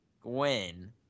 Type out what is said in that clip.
Gwen